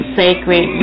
sacred